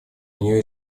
нее